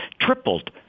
tripled